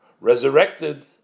resurrected